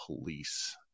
police